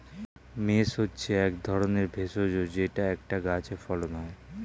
mace হচ্ছে এক ধরনের ভেষজ যেটা একটা গাছে ফলন হয়